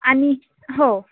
आणि हो